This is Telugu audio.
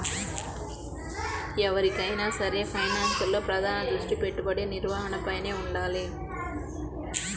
ఎవరికైనా సరే ఫైనాన్స్లో ప్రధాన దృష్టి పెట్టుబడి నిర్వహణపైనే వుండాలి